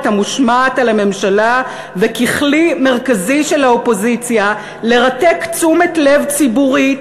המושמעת על הממשלה וככלי מרכזי של האופוזיציה לרתק תשומת לב ציבורית"